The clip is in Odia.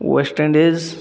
West Indies